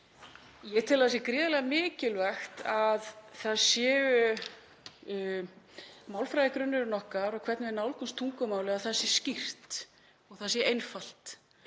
Ég tel að það sé gríðarlega mikilvægt varðandi málfræðigrunninn okkar og hvernig við nálgumst tungumálið að það sé skýrt og það sé einfalt.